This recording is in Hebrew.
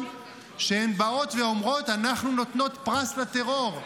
שהן באות ואומרות: אנחנו נותנות פרס לטרור.